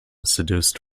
seduced